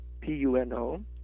P-U-N-O